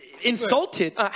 Insulted